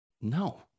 No